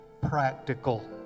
practical